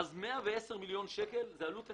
אז מדובר ב-110 מיליון שקל עלות ניקיון.